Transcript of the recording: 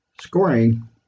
scoring